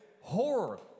horror